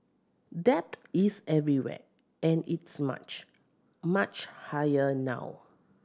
debt is everywhere and it's much much higher now